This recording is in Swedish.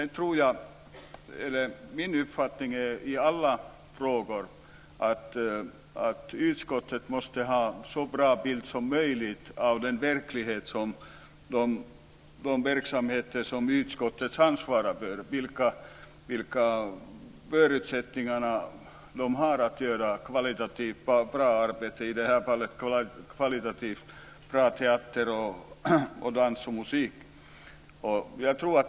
Min uppfattning i alla frågor är att utskottet måste ha en så bra bild som möjligt av den verklighet som rör de verksamheter som utskottet ansvarar för. Det gäller de förutsättningar de fria grupperna har för att göra kvalitativt bra teater, dans och musik.